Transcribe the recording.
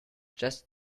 just